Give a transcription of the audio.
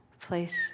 place